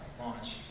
launch